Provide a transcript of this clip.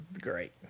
Great